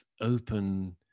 open